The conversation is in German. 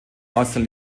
ortsteil